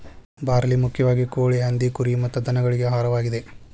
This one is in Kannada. ಬಾರ್ಲಿ ಮುಖ್ಯವಾಗಿ ಕೋಳಿ, ಹಂದಿ, ಕುರಿ ಮತ್ತ ದನಗಳಿಗೆ ಆಹಾರವಾಗಿದೆ